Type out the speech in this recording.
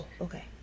Okay